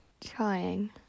Trying